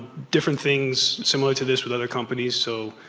different things similar to this with other companies. so